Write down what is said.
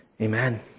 Amen